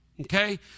okay